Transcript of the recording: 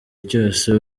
cyose